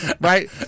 right